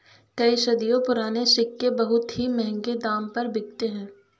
कई सदियों पुराने सिक्के बहुत ही महंगे दाम पर बिकते है